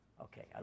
Okay